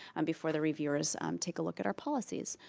um before the reviewers take a look at our policies.